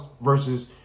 versus